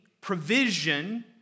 provision